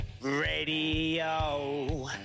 radio